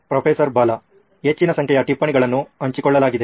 professor Bala ಹೆಚ್ಚಿನ ಸಂಖ್ಯೆಯ ಟಿಪ್ಪಣಿಗಳನ್ನು ಹಂಚಿಕೊಳ್ಳಲಾಗಿದೆ